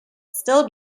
still